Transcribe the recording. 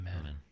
Amen